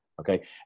Okay